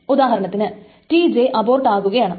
ഉദാഹരണത്തിന് T J abort ആകുകയാണ്